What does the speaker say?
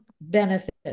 benefit